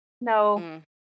No